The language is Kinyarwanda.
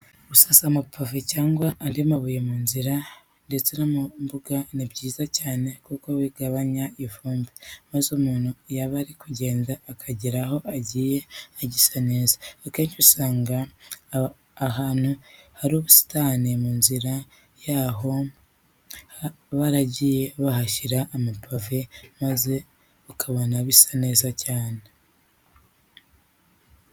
Gusasa amapave cyangwa andi mabuye mu nzira ndetse no mu mbuga ni byiza cyane kuko bigabanya ivumbi, maze umuntu yaba ari kugenda akagera aho agiye agisa neza. Akenshi usanga ahantu hari ubusitani, mu nzira zaho baragiye bahashyira amapave maze ukabaona bisa neza cyane.